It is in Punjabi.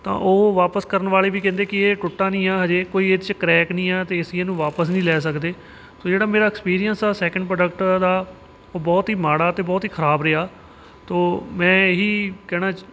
ਤਾਂ ਉਹ ਵਾਪਿਸ ਕਰਨ ਵਾਲੇ ਵੀ ਕਹਿੰਦੇ ਕਿ ਇਹ ਟੁੱਟਾਂ ਨਹੀਂ ਆ ਹਜੇ ਕੋਈ ਇਹਦੇ 'ਚ ਕਰੈਕ ਨਹੀਂ ਆ ਅਤੇ ਅਸੀਂ ਇਹਨੂੰ ਵਾਪਿਸ ਨਹੀਂ ਲੈ ਸਕਦੇ ਸੋ ਜਿਹੜਾ ਮੇਰਾ ਐਕਸਪੀਰੀਅੰਸ ਆ ਸੈਕਿੰਡ ਪ੍ਰੋਡਕਟ ਦਾ ਬਹੁਤ ਹੀ ਮਾੜਾ ਅਤੇ ਬਹੁਤ ਹੀ ਖਰਾਬ ਰਿਹਾ ਤੋ ਮੈਂ ਇਹ ਹੀ ਕਹਿਣਾ ਚ